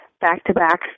back-to-back